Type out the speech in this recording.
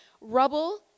rubble